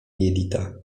jelita